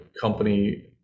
company